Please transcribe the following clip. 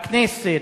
בכנסת,